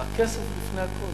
הכסף לפני הכול.